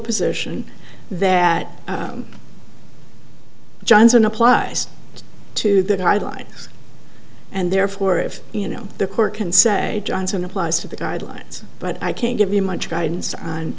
position that johnson applies to the guidelines and therefore if you know the court can say johnson applies to the guidelines but i can't give you much guidance on